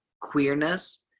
queerness